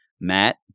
Matt